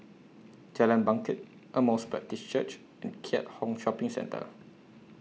Jalan Bangket Emmaus Baptist Church and Keat Hong Shopping Centre